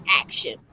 action